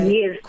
Yes